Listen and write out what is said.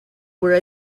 were